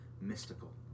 mystical